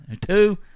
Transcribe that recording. Two